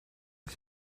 oes